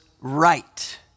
right